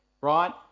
right